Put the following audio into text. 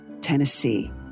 Tennessee